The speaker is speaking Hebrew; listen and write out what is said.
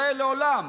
זה לעולם.